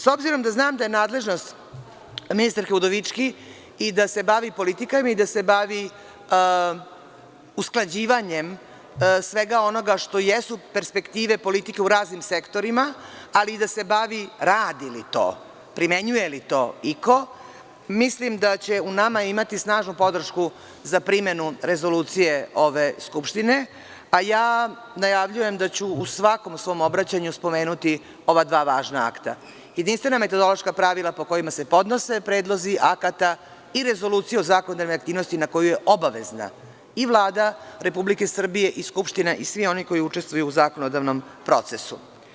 S obzirom da znam da je nadležnost ministarke Udovički i da se bavi politikom i da se bavi usklađivanjem svega onoga što jesu perspektive politike u raznim sektorima, ali i da se bavi – radi li to, primenjuje li to iko, mislim da će u nama imati snažnu podršku za primenu rezoluciju ove Skupštine, a ja najavljujem da ću u svakom svom obraćanju spomenuti ova dva važna akta – jedinstvena metodološka pravila po kojima se podnose predlozi akata i Rezoluciju o zakonodavnoj aktivnosti, na koju je obavezna i Vlada RS i Skupština i svi oni koji učestvuju u zakonodavnom procesu.